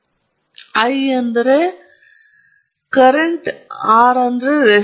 ಆದ್ದರಿಂದ ಈ ಸಂಪರ್ಕದಿಂದಾಗಿ ಈ ಪಾತ್ರದೊಂದಿಗೆ ಈ ಮಾದರಿಯೊಂದಿಗೆ ಒಂದು ಪ್ರತಿರೋಧವು ಇದೆ ಮತ್ತು ಅದು ಮಹತ್ವದ್ದಾಗಿರುತ್ತದೆ